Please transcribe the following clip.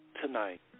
Tonight